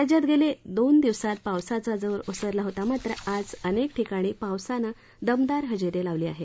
राज्यात गेले दोन दिवस पावसाचा जोर ओसरला होता मात्र आज अनेक ठिकाणी पावसानं दमदार हजेरी लावली आहे